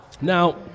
Now